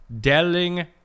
Delling